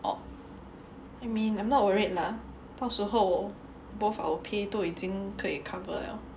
oh I mean I'm not worried lah 到时候 both our pay 都已经都可以 cover 了